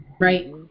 Right